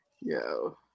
Yo